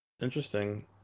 interesting